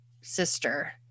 sister